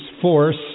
force